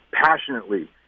passionately